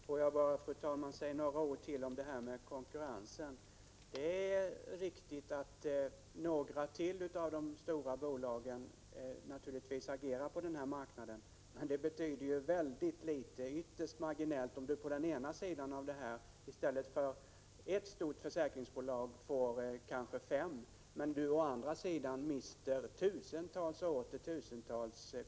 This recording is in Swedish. Fru talman! Får jag bara säga några ord till om konkurrensen. Det är riktigt att ytterligare några av de stora bolagen naturligtvis agerar på n här marknaden, men det betyder väldigt litet, ytterst marginellt, om man på ena sidan i stället för ett stort försäkringsbolag får kanske fem, men å andra sidan mister tusentals konsumenter.